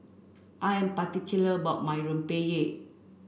I am particular about my Rempeyek